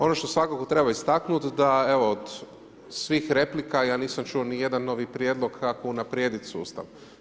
Ono što svakako treba istaknuti, da evo, od svih replika, ja nisam čuo niti jedan novi prijedlog kako unaprijediti sustav.